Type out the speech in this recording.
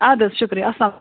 آدٕ حظ شُکریہ